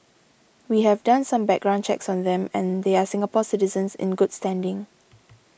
we have done some background checks on them and they are Singapore citizens in good standing